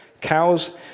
Cows